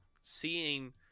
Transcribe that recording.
seeing